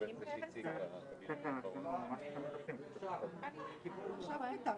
חשוב להבין שהספארי,